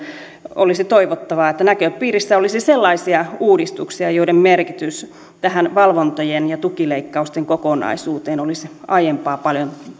olisi toivottavaa että näköpiirissä olisi sellaisia uudistuksia joiden merkitys tähän valvontojen ja tukileikkausten kokonaisuuteen olisi aiempaa paljon